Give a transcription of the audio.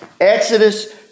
Exodus